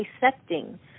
dissecting